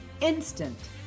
instant